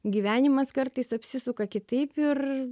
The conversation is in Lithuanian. gyvenimas kartais apsisuka kitaip ir